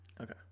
Okay